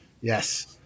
Yes